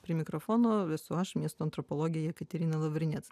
prie mikrofono esu aš miesto antropologė jekaterina lavrinec